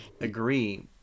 agree